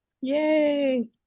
Yay